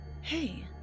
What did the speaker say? Hey